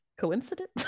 coincidence